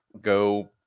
go